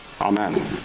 Amen